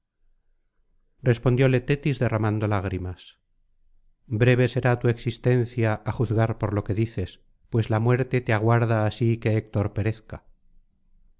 respondióle tetis derramando lágrimas breve será tu existencia á juzgar por lo que dices pues la muerte te aguarda así que héctor perezca